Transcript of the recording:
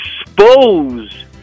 expose